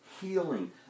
healing